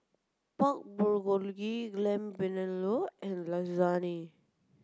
Pork Bulgogi Lamb Vindaloo and Lasagne